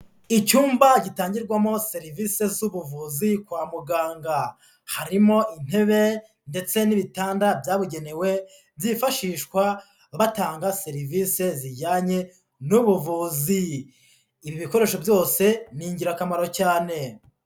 Icyumba gitangirwamo serivisi z'ubuvuzi kwa muganga, harimo intebe ndetse n'ibitanda byabugenewe byifashishwa batanga serivisi zijyanye n'ubuvuzi. Ibi bikoresho byose ni ingirakamaro cyane.